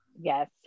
Yes